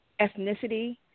ethnicity